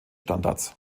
standards